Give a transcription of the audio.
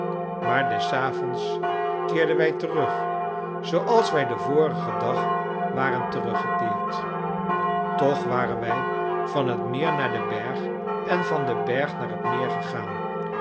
maar des avonds keerden wij terug zooals wij den vorigen dag waren teruggekeerd toch waren wij van het meer naar den berg en van den berg naar het meer gegaan